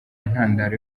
ntandaro